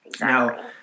Now